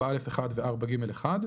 4א1 ו-4ג1,",